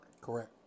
Correct